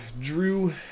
Drew